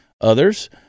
others